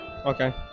Okay